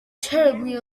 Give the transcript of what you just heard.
terribly